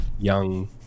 young